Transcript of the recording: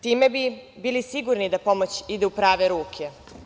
Time bi bili sigurni da pomoć ide u prave ruke.